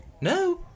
No